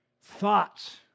thoughts